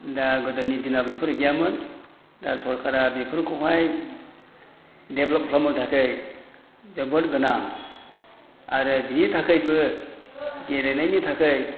दा गोदोनि दिनाव बेफोर गैयामोन दा सरखारा बेफोरखौहाय देभल'प खालामनो थाखाय जोबोद गोनां आरो बेनि थाखायबो गेलेनायनि थाखाय